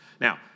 Now